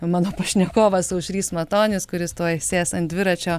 mano pašnekovas aušrys matonis kuris tuoj sės ant dviračio